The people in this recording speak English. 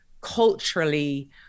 culturally